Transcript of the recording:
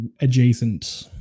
adjacent